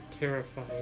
terrified